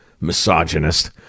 misogynist